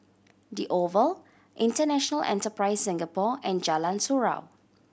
The Oval International Enterprise Singapore and Jalan Surau